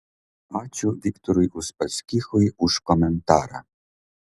ačiū viktorui uspaskichui už komentarą